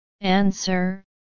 Answer